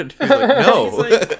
No